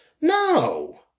No